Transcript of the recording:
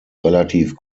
relativ